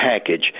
package